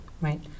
right